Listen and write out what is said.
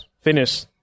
finish